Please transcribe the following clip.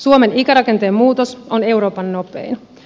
suomen ikärakenteen muutos on euroopan nopein